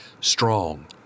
strong